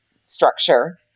structure